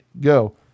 go